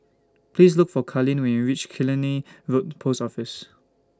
Please Look For Carleen when YOU REACH Killiney Road Post Office